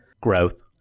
growth